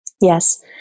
Yes